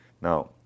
Now